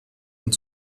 und